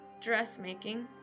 dressmaking